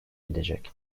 edecek